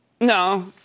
No